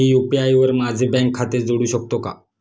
मी UPI वर माझे bank खाते जोडू शकतो का?